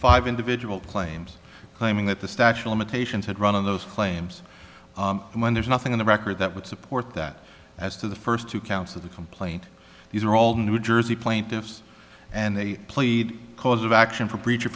five individual claims claiming that the statue limitations had run on those claims when there's nothing in the record that would support that as to the first two counts of the complaint these are all new jersey plaintiffs and they plead cause of action for breach